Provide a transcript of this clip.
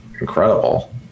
incredible